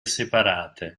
separate